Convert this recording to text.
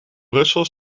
brussel